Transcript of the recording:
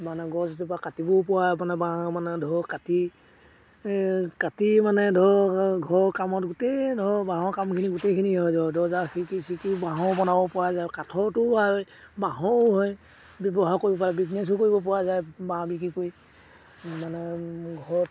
মানে গছ এজোপা কাটিবও পোৱা মানে বাঁহ মানে ধৰত কাটি এই কাটি মানে ধৰক ঘৰৰ কামত গোটেই ধৰ বাঁহৰ কামখিনি গোটেইখিনি হৈ যাব দৰ্জা খিৰিকি চিকি বাঁহৰ বনাব পৰা যায় কাঠৰতো আই বাঁহৰো হয় ব্যৱহাৰ কৰিব পাৰে বিজনেছো কৰিব পৰা যায় বাঁহ বিক্ৰী কৰি মানে ঘৰত